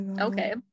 okay